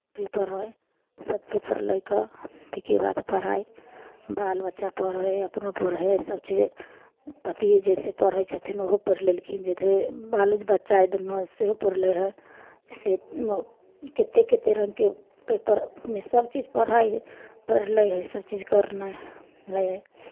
paper हइ सभ paper लए कऽ ताहिके बाद पढ़ाइ बाल बच्चा पढ़ै हइ अपनो पढ़ै हइ सभ चीज पतिए जइसे पढ़ै छथिन ओहो पढ़ि लेलखिन जे हइ बालो बच्चा हइ दुनू सेहो पढ़ि लै हइ जइसे कतेक कतेक रङ्गके पेपरमे सभ चीज पढ़ै हइ पढ़ि लै हइ सभ चीज करनाइ लै हइ